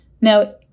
Now